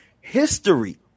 history